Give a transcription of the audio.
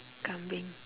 kambing